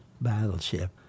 battleship